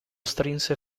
strinse